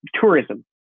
tourism